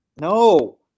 No